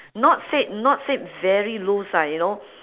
not said not said very loose lah you know